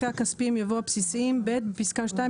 אחרי "הכספיים" יבוא "הבסיסיים"; בפסקה (2),